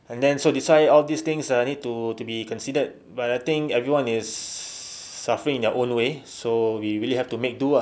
and then so this why all these things ah need to to be considered but I think everyone is suffering in their own way so we really have to make do ah